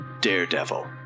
Daredevil